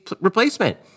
replacement